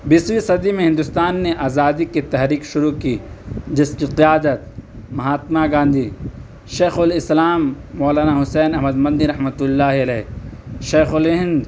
بیسویں صدی میں ہندوستان نے آزادی کی تحریک شروع کی جس کی قیادت مہاتما گاندھی شیخُ الاِسلام مولانا حسین احمد مدنی رحمتہُ اللّہ علیہ شیخ الہند